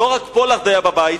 לא רק פולארד היה בבית,